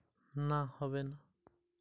ধান পাকার আগে কি সার দিলে তা ফলনশীল হবে?